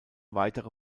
weitere